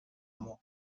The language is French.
moi